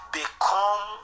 become